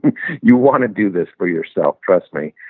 you want to do this for yourself. trust me.